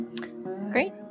Great